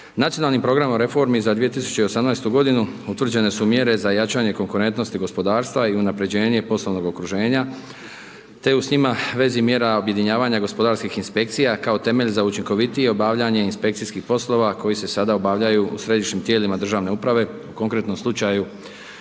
Nacionalnim programom reformi za 2018. godinu utvrđene su mjere za jačanje konkurentnosti gospodarstva i unapređenje poslovnog okruženja, te u s njima vezi mjera objedinjavanja gospodarskih inspekcija kao temelj za učinkovitije obavljanje inspekcijskih poslova koji se sada obavljaju u središnjim tijelima državne uprave, u konkretnom slučaju,